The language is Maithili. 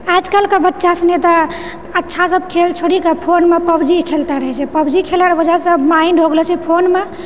आजकलके बच्चा सुनि तऽ अच्छा सब खेल छोड़ी कऽ फोनमे पबजी खेलता रहै छै पबजी खेलोके वजहसँ माइण्ड हो गेलो छै फोनमे